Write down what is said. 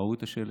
ראו את השלט,